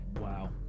Wow